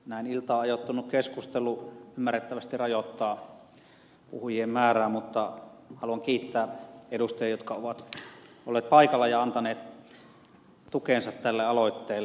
näin iltaan ajoittunut keskustelu ymmärrettävästi rajoittaa puhujien määrää mutta haluan kiittää edustajia jotka ovat olleet paikalla ja antaneet tukensa tälle aloitteelle